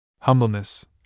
Humbleness